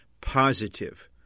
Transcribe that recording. positive